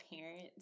parents